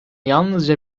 yalnızca